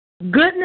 Goodness